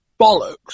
bollocks